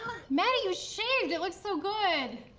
matty you shaved, it looks so good.